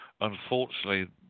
Unfortunately